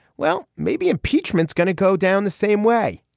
well, maybe impeachment's gonna go down the same way.